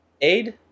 Aid